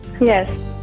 Yes